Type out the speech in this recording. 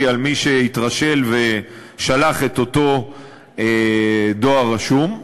על מי שהתרשל ושלח את אותו דואר רשום.